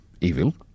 evil